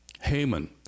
Haman